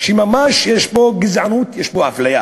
שממש יש פה גזענות, יש פה אפליה.